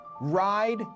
ride